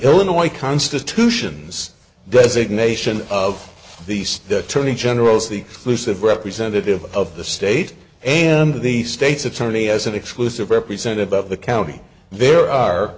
illinois constitution's designation of the state attorney general's the elusive representative of the state and the state's attorney as an exclusive representative of the county there are